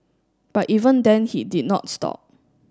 but even then he did not stop